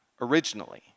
Originally